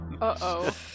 Uh-oh